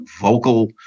vocal